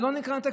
זה לא נקרא לנתק,